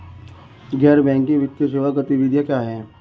गैर बैंकिंग वित्तीय सेवा गतिविधियाँ क्या हैं?